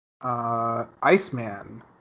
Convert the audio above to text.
Iceman